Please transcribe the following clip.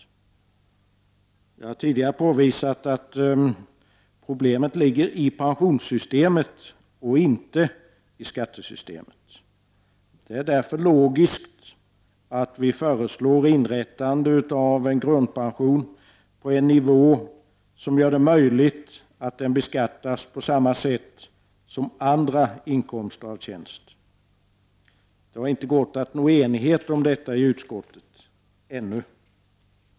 Jag har tidigare påvisat att problemet ligger i pensionssystemet och inte i skattesystemet. Det är därför logiskt att vi föreslår inrättandet av en grundpension på en nivå som gör det möjligt att denna beskattas på samma sätt som inkomster av tjänst. Det har inte gått att nå enighet om detta i utskottet, inte ännu!